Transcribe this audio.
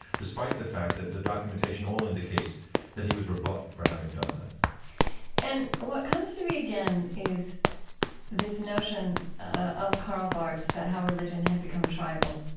despite the fact that the documentation all indicates that he was rebuffed for having done that and what comes to me again is this notion of karl barth's about how religion had become tribal.